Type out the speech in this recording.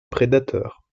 prédateurs